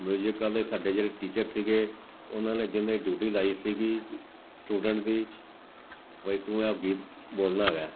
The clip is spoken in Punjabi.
ਮਿਊਜ਼ਿਕ ਵਾਲੇ ਸਾਡੇ ਜਿਹੜੇ ਟੀਚਰ ਸੀਗੇ ਉਹਨਾਂ ਨੇ ਜਿਨ੍ਹਾਂ ਦੀ ਡਿਊਟੀ ਲਾਈ ਸੀਗੀ ਸਟੂਡੈਂਟ ਦੀ ਬਈ ਤੂੰ ਇਹ ਗੀਤ ਬੋਲਣਾ ਹੈਗਾ